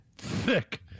thick